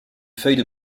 feuille